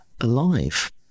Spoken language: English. alive